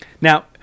Now